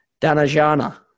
Danajana